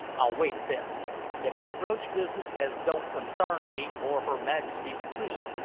i'll wait a bit if they broach business as don't consarn me or her majesty the queen,